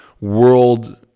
world